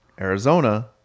Arizona